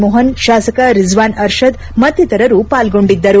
ಮೋಹನ್ ಶಾಸಕ ರಿಜ್ವಾನ್ ಅರ್ಷದ್ ಮತ್ತಿತರರು ಪಾಲ್ಗೊಂಡಿದ್ದರು